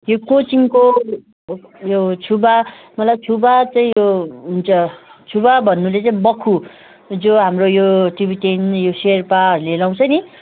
यो कोचिङको यो छुबा मतलब छुबा चाहिँ उयो हुन्छ छुबा भन्नुले चाहिँ बक्खु जो हाम्रो यो टिबेटेन यो शेर्पाहरूले लाउँछ नि